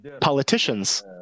politicians